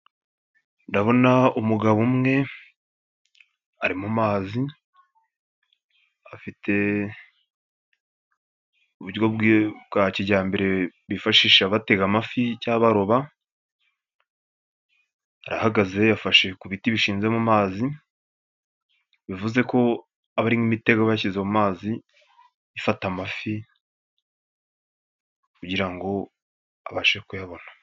Ndabona umugabo umwe ari mu mazi afite uburyo bwa kijyambere bifashisha batega amafi cyangwa baroba, arahagaze yafashe ku biti bishinze mu mazi, bivuze ko haba harimo imitego aba yashyize mu mazi ifata amafi kugira ngo abashe kuyabona.